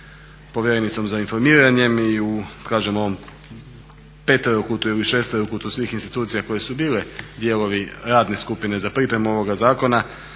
povjerenicom za informiranje i u kažem ovom peterokutu ili šesterokutu svih institucija koje su bile dijelovi radne skupine za pripremu ovoga zakona